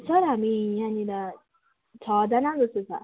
sir हामी यहाँनिर छजना जस्तो छ